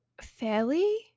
fairly